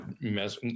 mess